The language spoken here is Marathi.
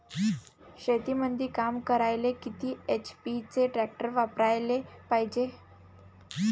शेतीमंदी काम करायले किती एच.पी चे ट्रॅक्टर वापरायले पायजे?